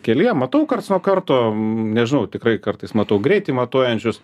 kelyje matau karts nuo karto nežinau tikrai kartais matau greitį matuojančius